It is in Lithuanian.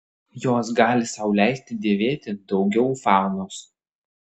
jos gali sau leisti dėvėti daugiau faunos